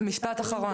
משפט אחרון.